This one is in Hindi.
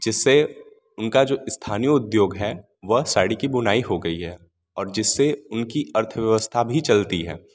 जिससे उनका जो स्थानीय उद्योग है वह साड़ी की बुनाई हो गई है और जिससे उनकी अर्थव्यवस्था भी चलती है